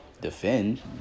defend